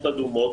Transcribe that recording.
מדינות אדומות,